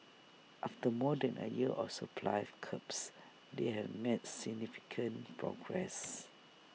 after more than A year of supply of curbs they have made significant progress